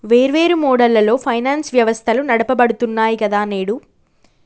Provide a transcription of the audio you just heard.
వేర్వేరు మోడళ్లలో ఫైనాన్స్ వ్యవస్థలు నడపబడుతున్నాయి గదా నేడు